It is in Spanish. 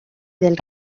del